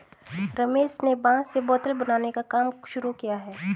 रमेश ने बांस से बोतल बनाने का काम शुरू किया है